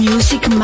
Music